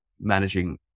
managing